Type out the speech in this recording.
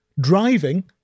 driving